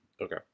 okay